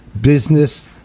business